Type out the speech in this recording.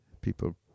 people